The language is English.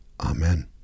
Amen